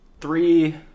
three